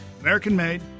American-made